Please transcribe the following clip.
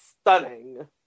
stunning